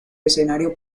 escenario